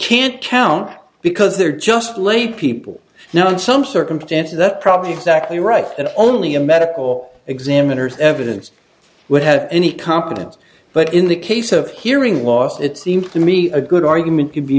can't count because there are just lay people now in some circumstances that probably exactly right that only a medical examiners evidence would have any competence but in the case of hearing loss it seems to me a good argument could be